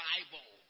Bible